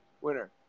winner